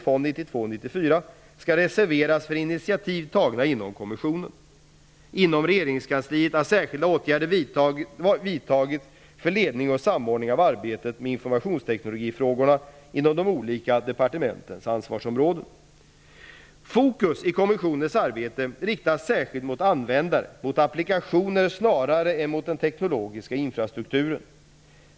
Fond 92--94 skall reserveras för initiativ tagna inom kommissionen. Inom regeringskansliet har särskilda åtgärder vidtagits för ledning och samordning av arbetet med informationsteknologifrågorna inom de olika departementens ansvarsområden. Fokus i kommissionens arbete riktas särskilt mot användare, mot applikationer snarare än mot den tekniska infrastrukturen.